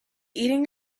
eating